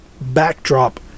backdrop